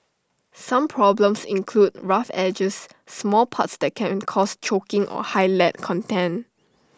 some problems include rough edges small parts that can cause choking or high lead content